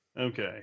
Okay